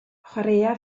chwaraea